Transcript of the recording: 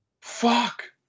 Fuck